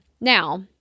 Now